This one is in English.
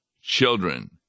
children